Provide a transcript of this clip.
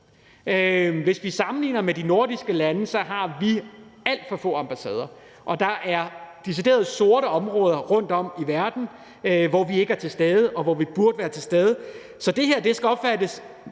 Hvis vi sammenligner med de nordiske lande, har vi alt for få ambassader, og der er decideret sorte områder rundtom i verden, hvor vi ikke er til stede, men burde være til stede. Så det her skal opfattes